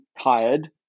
tired